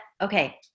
Okay